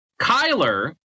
Kyler